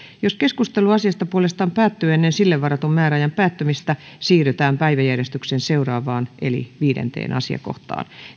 jos keskustelu asiasta puolestaan päättyy ennen sille varatun määräajan päättymistä siirrytään päiväjärjestyksen seuraavaan eli viidenteen asiakohtaan